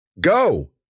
Go